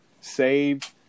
saved